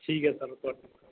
ठीक ऐ सर